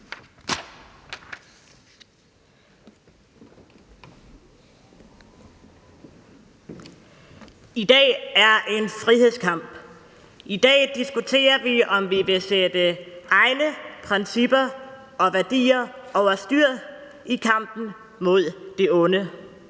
vi i en frihedskamp. I dag diskuterer vi, om vi vil sætte egne principper og værdier over styr i kampen mod det onde.